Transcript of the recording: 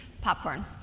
Popcorn